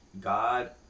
God